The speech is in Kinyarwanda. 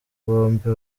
bombi